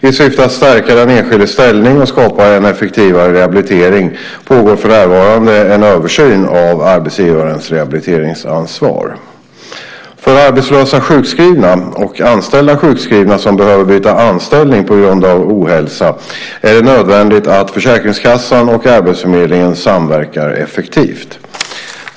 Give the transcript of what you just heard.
I syfte att stärka den enskildes ställning och skapa en effektivare rehabilitering pågår för närvarande en översyn av arbetsgivarens rehabiliteringsansvar. För arbetslösa sjukskrivna och anställda sjukskrivna som behöver byta anställning på grund av ohälsa är det nödvändigt att Försäkringskassan och arbetsförmedlingen samverkar effektivt.